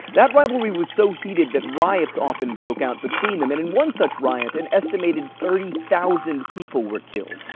that rivalry was so heated that riots often broke out between them. in in one such riot, an estimated thirty thousand people were killed.